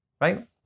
right